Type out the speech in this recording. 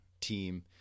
team